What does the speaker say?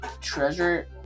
treasure